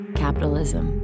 capitalism